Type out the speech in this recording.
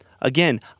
Again